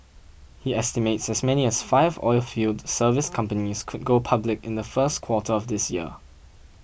he estimates as many as five oilfield service companies could go public in the first quarter of this year